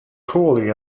poorly